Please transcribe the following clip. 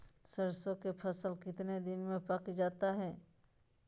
सरसों के फसल कितने दिन में पक जाते है?